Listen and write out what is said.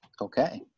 Okay